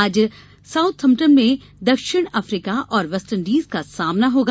आज साउथम्पटन में दक्षिण अफ्रीका और वेस्टइंडीज का सामना होगा